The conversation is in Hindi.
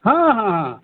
हाँ हाँ हाँ